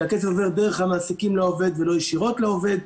שהכסף עובר דרך המעסיקים לעובד ולא ישירות לעובד.